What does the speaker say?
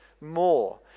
more